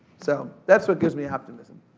so that's what gives me optimism.